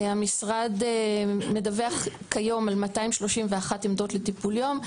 המשרד מדווח כיום על 231 עמדות לטיפול יום.